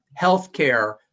healthcare